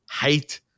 hate